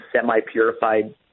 semi-purified